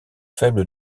faible